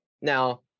Now